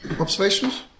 observations